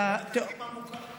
את אימא מוכה.